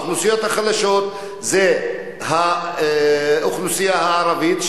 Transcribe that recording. האוכלוסיות החלשות זה האוכלוסייה הערבית,